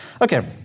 Okay